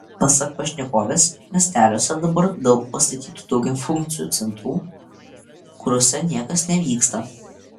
pasak pašnekovės miesteliuose dabar daug pastatytų daugiafunkcių centrų kuriuose niekas nevyksta